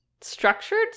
structured